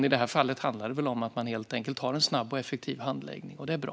I det här fallet handlar det väl om att man helt enkelt har en snabb och effektiv handläggning, och det är bra.